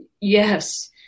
yes